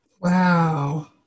Wow